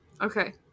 Okay